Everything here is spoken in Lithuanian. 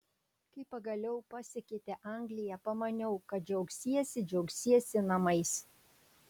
kai pagaliau pasiekėte angliją pamaniau kad džiaugsiesi džiaugsiesi namais